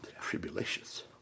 tribulations